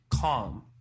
calm